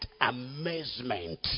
amazement